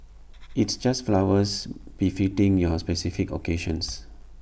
it's just flowers befitting your specific occasions